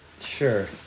Sure